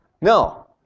No